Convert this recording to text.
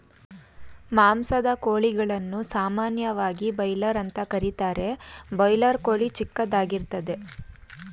ಮಾಂಸದ ಕೋಳಿಗಳನ್ನು ಸಾಮಾನ್ಯವಾಗಿ ಬಾಯ್ಲರ್ ಅಂತ ಕರೀತಾರೆ ಬಾಯ್ಲರ್ ಕೋಳಿ ಚಿಕ್ಕದಾಗಿರ್ತದೆ